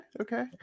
Okay